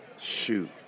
Shoot